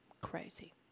Crazy